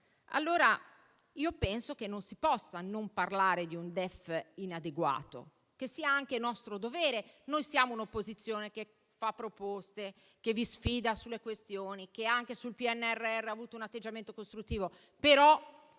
allora che non si possa non parlare di un DEF inadeguato e che sia anche nostro dovere farlo. Noi siamo un'opposizione che fa proposte, che vi sfida sulle questioni, che anche sul PNRR ha avuto un atteggiamento costruttivo.